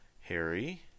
Harry